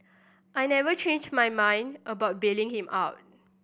I never changed my mind about bailing him out